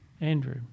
Andrew